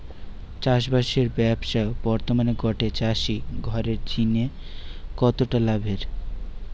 চাষবাসের ব্যাবসা বর্তমানে গটে চাষি ঘরের জিনে কতটা লাভের?